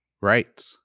Right